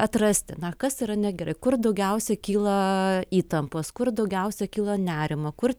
atrasti na kas yra negerai kur daugiausiai kyla įtampos kur daugiausiai kilo nerimo kur